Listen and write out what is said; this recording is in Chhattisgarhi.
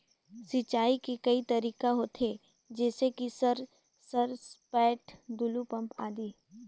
सिंचाई के कई तरीका होथे? जैसे कि सर सरपैट, टुलु पंप, आदि?